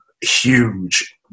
huge